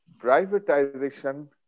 privatization